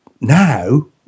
now